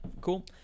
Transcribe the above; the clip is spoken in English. cool